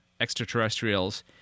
extraterrestrials